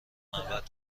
معبد